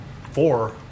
four